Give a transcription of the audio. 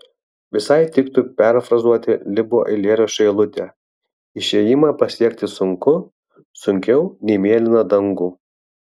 visai tiktų perfrazuoti libo eilėraščio eilutę išėjimą pasiekti sunku sunkiau nei mėlyną dangų